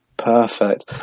Perfect